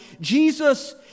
Jesus